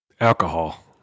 alcohol